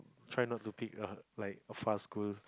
try not to pick a like a far school